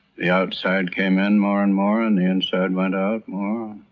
the outside came in more and more and the inside went out more.